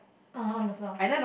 uh on the floor